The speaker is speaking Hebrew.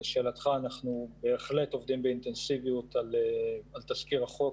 לשאלתך אנחנו בהחלט עובדים באינטנסיביות על תזכיר החוק.